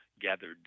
gathered